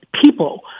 people